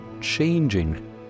changing